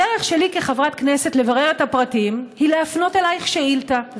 הדרך שלי כחברת כנסת לברר את הפרטים היא להפנות אלייך שאילתה,